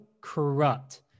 corrupt